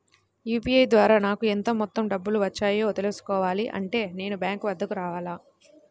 UPI ద్వారా నాకు ఎంత మొత్తం డబ్బులు వచ్చాయో తెలుసుకోవాలి అంటే నేను బ్యాంక్ వద్దకు రావాలా?